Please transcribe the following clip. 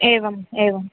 एवम् एवम्